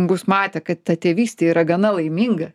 bus matę kad ta tėvystė yra gana laiminga